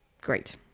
great